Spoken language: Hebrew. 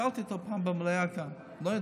שאלתי אותו פעם במליאה כאן, הוא לא ידע.